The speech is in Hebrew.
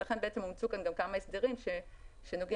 ולכן אומצו כאן כמה הסדרים שנוגעים